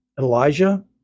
Elijah